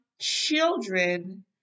children